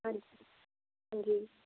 ਹਾਂਜੀ ਹਾਂਜੀ